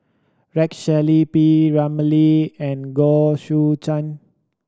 Rex Shelley P Ramlee and Goh Choo San